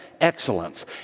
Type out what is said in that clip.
excellence